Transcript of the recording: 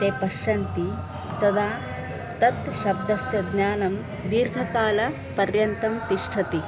ते पश्यन्ति तदा तत् शब्दस्य ज्ञानं दीर्घकालपर्यन्तं तिष्ठति